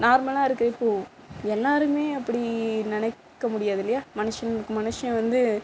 நார்மலாக இருக்குது இப்போது எல்லாேருமே அப்படி நினைக்க முடியாது இல்லையா மனுஷனுக்கு மனுஷன் வந்து